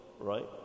right